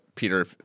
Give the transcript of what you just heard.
Peter